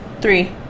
three